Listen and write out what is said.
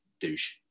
douche